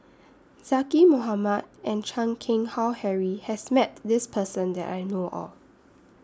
Zaqy Mohamad and Chan Keng Howe Harry has Met This Person that I know of